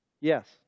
Yes